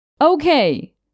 Okay